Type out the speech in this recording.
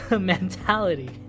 mentality